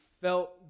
felt